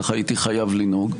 כך הייתי חייב לנהוג.